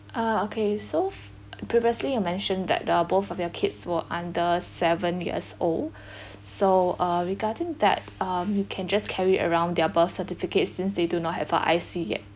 ah okay so f~ previously you mentioned that the both of your kids were under seven years old so uh regarding that um you can just carry around their birth certificate since they do not have a I_C yet